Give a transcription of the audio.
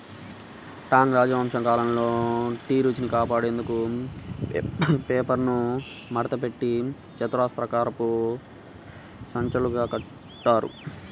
Tang రాజవంశం కాలంలో tea రుచిని కాపాడేందుకు పేపర్ను మడతపెట్టి చతురస్రాకారపు సంచులుగా కుట్టారు